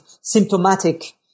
symptomatic